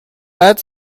بعد